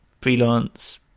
freelance